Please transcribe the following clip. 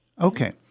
Okay